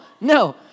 no